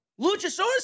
luchasaurus